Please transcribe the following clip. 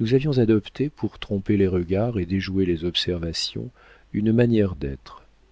nous avions adopté pour tromper les regards et déjouer les observations une manière d'être